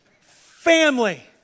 Family